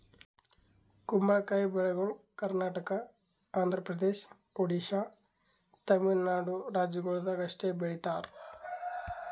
ಕುಂಬಳಕಾಯಿ ಬೆಳಿಗೊಳ್ ಕರ್ನಾಟಕ, ಆಂಧ್ರ ಪ್ರದೇಶ, ಒಡಿಶಾ, ತಮಿಳುನಾಡು ರಾಜ್ಯಗೊಳ್ದಾಗ್ ಅಷ್ಟೆ ಬೆಳೀತಾರ್